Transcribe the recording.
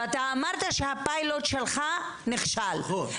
אתה אמרת שהפיילוט שלך נכשל -- נכון.